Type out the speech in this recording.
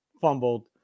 fumbled